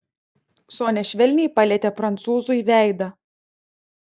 sonia švelniai palietė prancūzui veidą